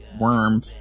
worm